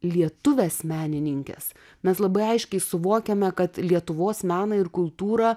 lietuves menininkes mes labai aiškiai suvokiame kad lietuvos meną ir kultūrą